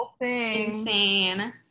insane